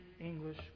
English